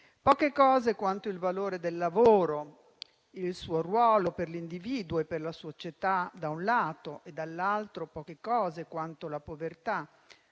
Poche cose quanto il valore del lavoro, il suo ruolo per l'individuo e per la società da un lato e, dall'altro, poche cose quanto la povertà